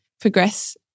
progress